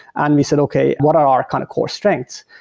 and we said, okay. what are our kind of core strengths?